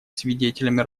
свидетелями